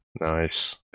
Nice